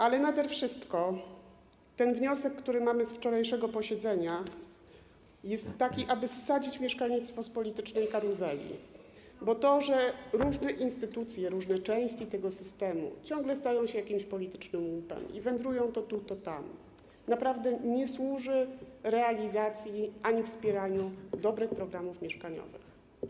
Ale nade wszystko wniosek, który mamy z wczorajszego posiedzenia, jest taki, aby zsadzić mieszkalnictwo z politycznej karuzeli, bo to, że różne instytucje, różne części tego systemu ciągle stają się jakimiś politycznymi łupami i wędrują to tu, to tam, naprawdę nie służy realizacji ani wspieraniu dobrych programów mieszkaniowych.